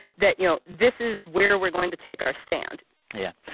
that, you know, this is where we're going to take our stand yeah.